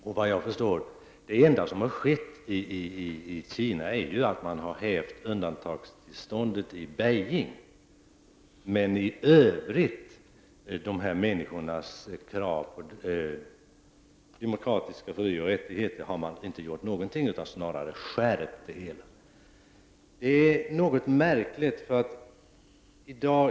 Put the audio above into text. Såvitt jag förstår är det enda som skett i Kina att man har hävt undantagstillståndet i Beijing. Men i Övrigt har man inte gjort någonting åt människornas krav på demokratiska frioch rättigheter, snarare har situationen skärpts. Det är något märkligt.